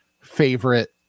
favorite